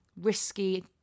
risky